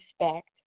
respect